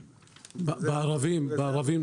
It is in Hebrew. בערבים.